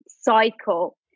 cycle